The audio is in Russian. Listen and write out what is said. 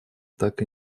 так